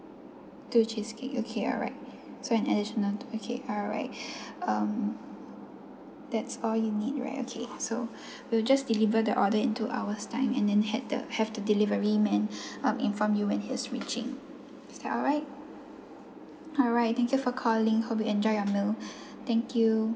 two cheesecake okay alright so an additional two cake alright um that's all you need right okay so we'll just deliver the order in two hours time and then had the have the delivery man um inform you when he's reaching is that alright alright thank you for calling hope you enjoy your meal thank you